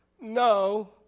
no